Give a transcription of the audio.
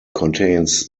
contains